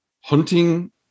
Hunting